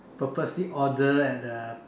purposely order at a